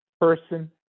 person